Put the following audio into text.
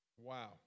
Wow